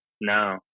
No